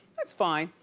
that's fine.